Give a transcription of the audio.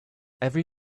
every